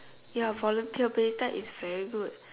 ya volunteer based that is very good